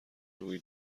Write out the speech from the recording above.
روی